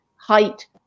height